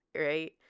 right